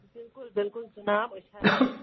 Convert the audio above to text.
بلکُل بلکُل جِناب أسۍ حظ چھِ